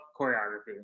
choreography